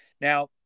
Now